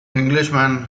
englishman